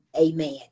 Amen